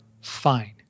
Fine